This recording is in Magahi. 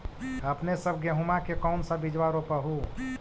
अपने सब गेहुमा के कौन सा बिजबा रोप हू?